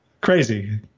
Crazy